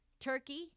Turkey